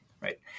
right